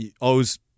owes